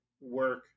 work